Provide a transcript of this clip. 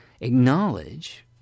acknowledge